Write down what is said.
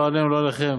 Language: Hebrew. לא עלינו ולא עליכם,